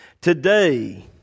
Today